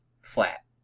flat